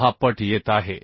6पट येत आहे